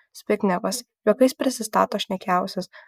zbignevas juokais prisistato šnekiausias